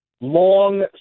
long